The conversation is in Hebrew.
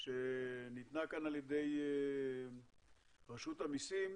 שניתנה כאן על ידי רשות המיסים